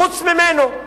חוץ ממנו.